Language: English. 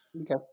Okay